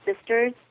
sisters